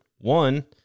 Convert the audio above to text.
one